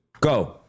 go